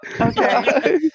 Okay